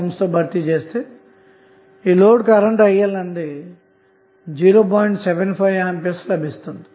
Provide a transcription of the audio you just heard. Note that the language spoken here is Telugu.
75A కరెంట్ లభిస్తుంది